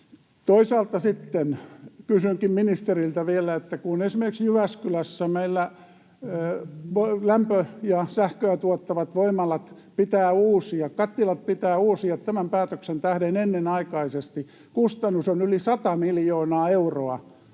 Toisaalta sitten kysynkin ministeriltä vielä siitä, kun esimerkiksi Jyväskylässä meillä lämpöä ja sähköä tuottavat voimalat pitää uusia, kattilat pitää uusia, tämän päätöksen tähden ennenaikaisesti, kustannus on yli 100 miljoonaa euroa,